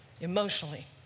emotionally